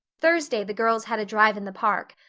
thursday the girls had a drive in the park,